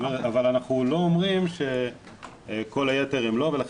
אבל אנחנו לא אומרים שכל היתר הם לא ולכן